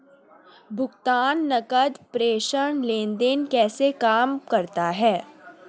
भुगतान नकद प्रेषण लेनदेन कैसे काम करता है?